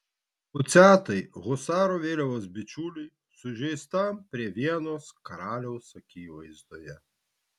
puciatai husarų vėliavos bičiuliui sužeistam prie vienos karaliaus akivaizdoje